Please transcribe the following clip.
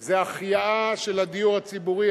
היא החייאה של הדיור הציבורי.